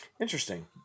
Interesting